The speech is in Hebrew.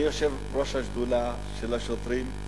אני יושב-ראש השדולה של השוטרים,